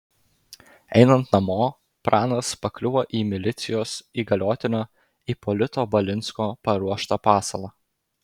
einant namo pranas pakliuvo į milicijos įgaliotinio ipolito balinsko paruoštą pasalą